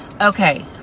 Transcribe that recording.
Okay